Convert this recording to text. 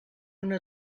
una